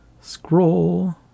Scroll